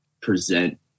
present